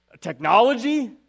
technology